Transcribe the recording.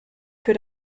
für